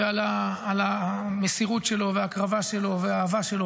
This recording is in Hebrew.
ועל המסירות שלו וההקרבה שלו והאהבה שלו